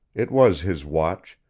it was his watch,